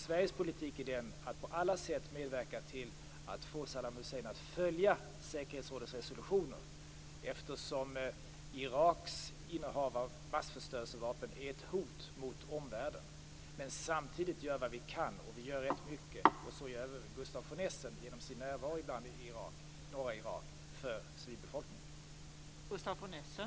Sveriges politik är att på alla sätt medverka till att få Saddam Hussein att följa säkerhetsrådets resolutioner eftersom Iraks innehav av massförstörelsevapen är hot mot omvärlden. Men samtidigt skall vi göra vad vi kan, och vi gör rätt mycket - liksom även Gustaf von Essen genom sin närvaro ibland i norra Irak - för civilbefolkningen.